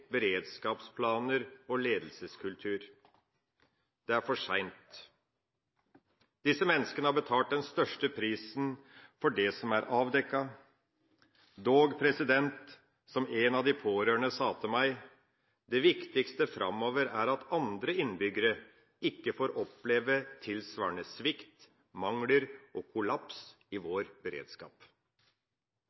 beredskapsplaner og ledelseskultur. Det er for sent. Disse menneskene har betalt den største prisen for det som er avdekket. Dog, som en av de pårørende sa til meg: Det viktigste framover er at andre innbyggere ikke får oppleve tilsvarende svikt, mangler og kollaps i vår beredskap.